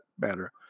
matter